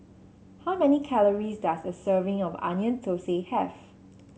how many calories does a serving of Onion Thosai have